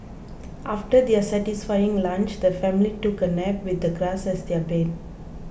after their satisfying lunch the family took a nap with the grass as their bed